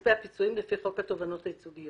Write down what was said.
כספי הפיצויים על פי חוק התובנות הייצוגיות.